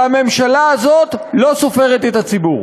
והממשלה הזאת לא סופרת את הציבור.